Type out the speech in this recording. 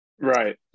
Right